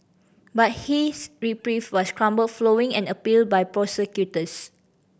but his reprieve was crumbled following and an appeal by prosecutors